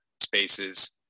spaces